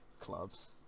clubs